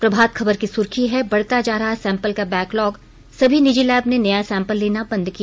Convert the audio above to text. प्रभात खबर की सुर्खी है बढ़ता जा रहा सैंपल का बैकलॉग सभी निजी लैब ने नया सैंपल लेना बंद किया